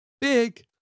big